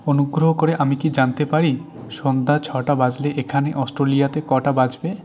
অনুগ্রহ করে আমি কি জানতে পারি সন্ধ্যা ছটা বাজলে এখানে অস্ট্রেলিয়াতে কটা বাজবে